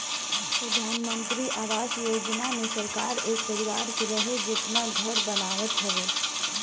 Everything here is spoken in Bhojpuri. प्रधानमंत्री आवास योजना मे सरकार एक परिवार के रहे जेतना घर बनावत हवे